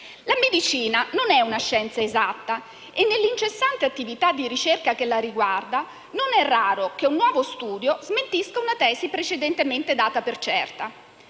La medicina non è una scienza esatta e, nell'incessante attività di ricerca che la riguarda, non è raro che un nuovo studio smentisca una tesi precedentemente data per certa.